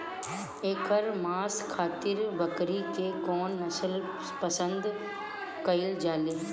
एकर मांस खातिर बकरी के कौन नस्ल पसंद कईल जाले?